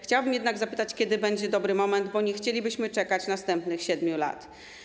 Chciałabym jednak zapytać, kiedy będzie dobry moment, bo nie chcielibyśmy czekać następnych 7 lat.